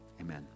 Amen